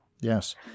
Yes